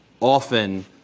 often